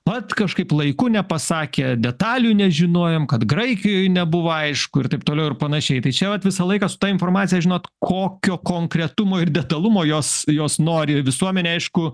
vat kažkaip laiku nepasakė detalių nežinojom kad graikijoj nebuvo aišku ir taip toliau ir panašiai tai čia vat visą laiką su ta informacija žinot kokio konkretumo ir detalumo jos jos nori visuomenė aišku